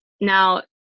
now